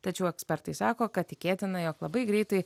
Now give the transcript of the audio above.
tačiau ekspertai sako kad tikėtina jog labai greitai